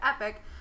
Epic